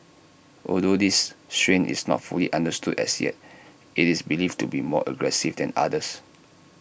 although this strain is not fully understood as yet IT is believed to be more aggressive than others